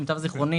למיטב זיכרוני